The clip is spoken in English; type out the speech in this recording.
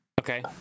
Okay